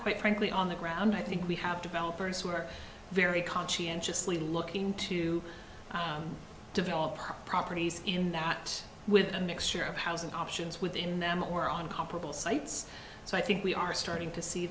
quite frankly on the ground i think we have developers who are very conscientiously looking to develop properties in that with a mixture of housing options within them or on comparable sites so i think we are starting to see